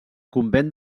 convent